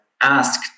asked